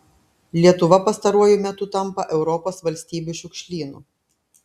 lietuva pastaruoju metu tampa europos valstybių šiukšlynu